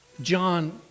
John